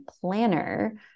planner